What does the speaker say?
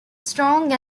strong